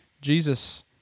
Jesus